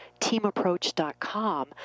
teamapproach.com